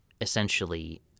essentially